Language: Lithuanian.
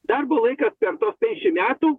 darbo laikas per tuos penkiasdešimt metų